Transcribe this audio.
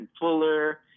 Fuller